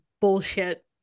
bullshit